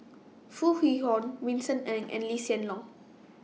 Foo Kwee Horng Vincent Ng and Lee Hsien Loong